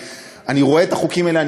אני רואה את החוקים האלה,